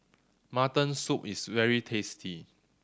mutton soup is very tasty